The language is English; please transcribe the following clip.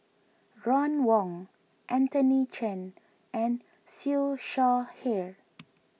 Ron Wong Anthony Chen and Siew Shaw Here